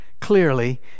clearly